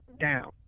down